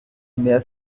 mehr